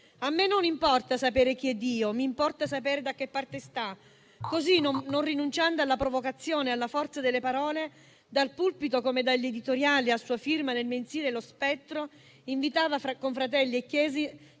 A me non importa sapere chi è Dio, mi importa sapere da che parte sta. Così, non rinunciando alla provocazione, alla forza delle parole, dal pulpito come dagli editoriali a sua firma nel mensile «Lo spettro», invitava i confratelli e la Chiesa